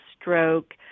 stroke